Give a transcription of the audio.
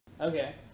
Okay